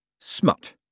Smut